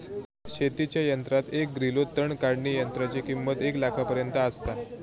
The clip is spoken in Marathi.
शेतीच्या यंत्रात एक ग्रिलो तण काढणीयंत्राची किंमत एक लाखापर्यंत आसता